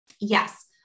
yes